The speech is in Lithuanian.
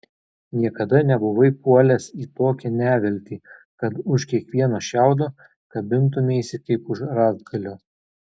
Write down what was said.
niekada nebuvai puolęs į tokią neviltį kad už kiekvieno šiaudo kabintumeisi kaip už rąstgalio